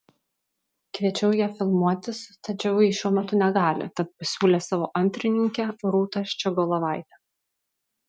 kviečiau ją filmuotis tačiau ji šiuo metu negali tad pasiūlė savo antrininkę rūtą ščiogolevaitę